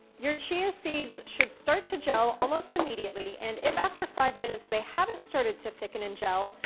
your chia seeds should start to gel almost immediately. and if after five minutes they haven't started to thicken and gel,